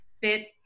fit